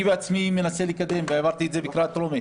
אני בעצמי מנסה לקדם והעברתי את זה בקריאה טרומית